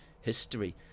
history